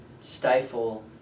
stifle